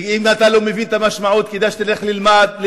ואם אתה לא מבין את המשמעות, כדאי שתלך ללמוד